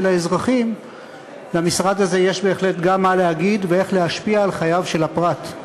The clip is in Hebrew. האזרחים למשרד הזה יש בהחלט גם מה להגיד ואיך להשפיע על חייו של הפרט.